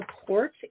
support